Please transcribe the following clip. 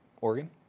Oregon